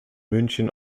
münchen